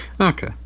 okay